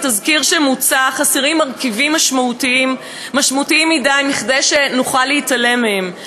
בתזכיר החוק המוצע חסרים מרכיבים משמעותיים מכדי שנוכל להתעלם מהם.